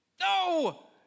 No